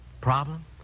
Problem